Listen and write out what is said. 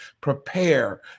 prepare